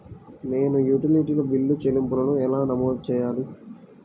నేను utility bill చెల్లింపులను ఎలా నమోదు చేయాలి?